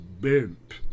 bump